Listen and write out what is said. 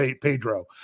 Pedro